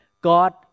God